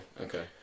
okay